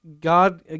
God